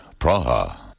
Praha